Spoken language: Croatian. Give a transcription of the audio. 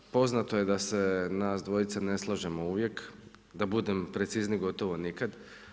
Poznato je da se nas dvojica ne slažemo uvijek, da budem precizniji, gotovo nikad.